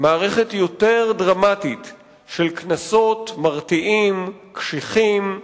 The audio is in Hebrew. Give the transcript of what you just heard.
מערכת יותר דרמטית של קנסות מרתיעים וקשיחים,